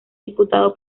diputado